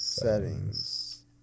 settings